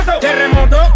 terremoto